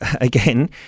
again